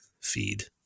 feed